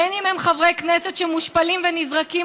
בין שהם חברי כנסת שמושפלים ונזרקים